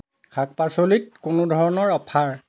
শাক পাচলিত কোনো ধৰণৰ অফাৰ